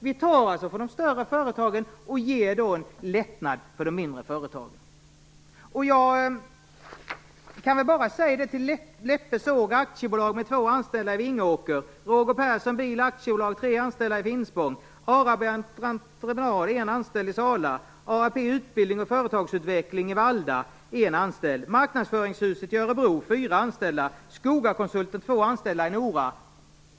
Vi tar från de större företagen och ger de mindre företagen en lättnad. Företagarnas Riksorganisation har skickat ut ett papper med namn på företagare som begär att vi skall göra något åt de problem som den förlängda sjuklöneperioden innebär. Det är Läppe Såg AB med två anställda i Vingåker, Roger Persson Bil AB med tre anställda i Finspång, Araby Entreprenad med en anställd i Sala, ARP Utbildning och Företagsutveckling i Vallda med en anställd, Marknadsföringshuset i Örebro med fyra anställda och Skogaconsulten med två anställda i Nora.